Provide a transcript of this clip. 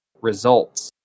results